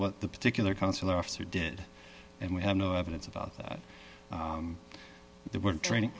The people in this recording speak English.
what the particular consular officer did and we have no evidence about that they were training